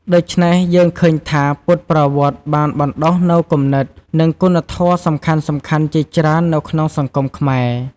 ដូច្នេះយើងឃើញថា ពុទ្ធប្រវត្តិបានបណ្ដុះនូវគំនិត និងគុណធម៌សំខាន់ៗជាច្រើននៅក្នុងសង្គមខ្មែរ។